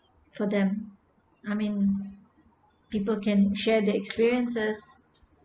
for them I mean people can share their experiences